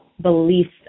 beliefs